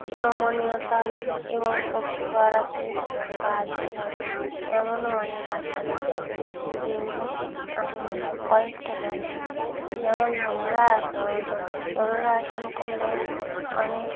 নমনীয়তা এবং শক্তি বাড়াতে সাহায্য করে এমনও অনেক আসন আছে যেগুলো আমি কয়েকটা জানি যেমন ধনুরাসন ধনুরাসন করলে অনেক